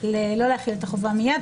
ולא להחיל את החובה מיד.